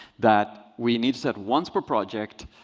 that we need set once per project.